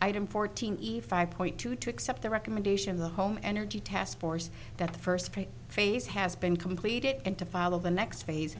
item fourteen eve five point two two accept the recommendation of the home energy task force that the first phase has been completed and to follow the next phase